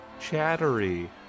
Chattery